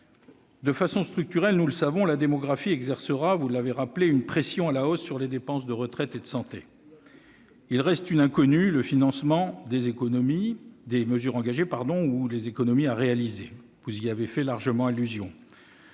De façon structurelle, nous le savons, la démographie exercera une pression à la hausse sur les dépenses de retraite et de santé. Reste une inconnue : le financement des mesures prises ou les économies à réaliser- vous y avez fait largement